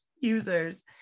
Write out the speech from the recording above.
users